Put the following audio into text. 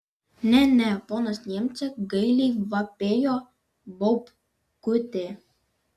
ne ne ponas niemce gailiai vapėjo baubkutė